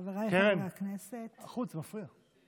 חבריי חברי הכנסת, קרן, בחוץ, זה מפריע.